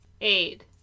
eight